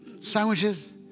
sandwiches